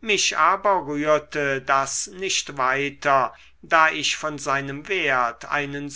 mich aber rührte das nicht weiter da ich von seinem wert einen